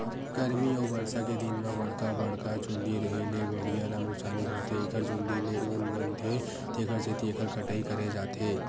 गरमी अउ बरसा के दिन म बड़का बड़का चूंदी रेहे ले भेड़िया ल नुकसानी होथे एखर चूंदी ले ऊन बनथे तेखर सेती एखर कटई करे जाथे